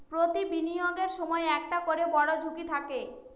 প্রতি বিনিয়োগের সময় একটা করে বড়ো ঝুঁকি থাকে